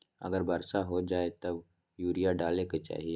अगर वर्षा हो जाए तब यूरिया डाले के चाहि?